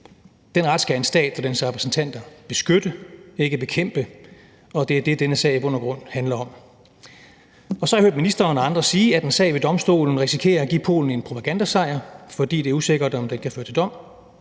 Den ret skal en stat og dens repræsentanter beskytte, ikke bekæmpe, og det er det, denne sag i bund og grund handler om. Så har jeg hørt ministeren og andre sige, at en sag ved domstolen risikerer at give Polen en propagandasejr, fordi det er usikkert, om den kan føre til dom.